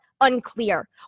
unclear